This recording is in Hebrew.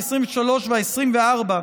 העשרים-ושלוש והעשרים-וארבע,